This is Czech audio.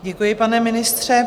Děkuji, pane ministře.